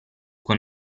con